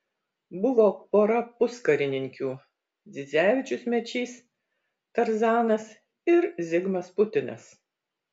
buvo pora puskarininkių dzidzevičius mečys tarzanas ir zigmas putinas